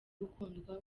gukundwa